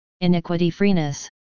iniquity-freeness